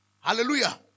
Hallelujah